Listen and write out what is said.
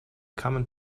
come